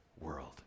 world